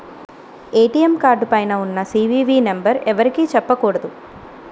ATM card పైన ఉన్న CVV number ఎవరికీ చెప్పకూడదు